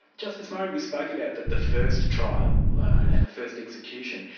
justice murray, we spoke about the the first trial and the first execution.